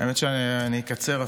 האמת היא שאני אפילו אקצר.